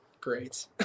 great